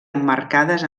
emmarcades